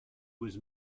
was